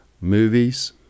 movies